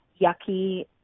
yucky